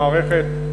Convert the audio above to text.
כך המערכת עובדת.